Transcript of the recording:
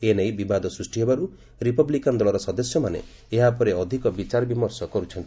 ଏ ନେଇ ବିବାଦ ସୃଷ୍ଟି ହେବାରୁ ରିପବ୍ଲିକାନ୍ ଦଳର ସଦସ୍ୟମାନେ ଏହା ଉପରେ ଅଧିକ ବିଚାର ବିମର୍ଷ କରୁଛନ୍ତି